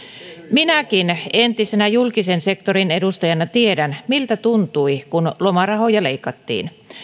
minäkin entisenä julkisen sektorin edustajana tiedän miltä tuntui kun lomarahoja leikattiin